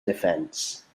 defence